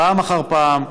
פעם אחר פעם,